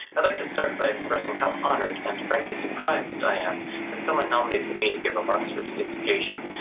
i'd like to start by expressing how honored and frankly surprised i am that someone nominated me to give remarks for today's occasion.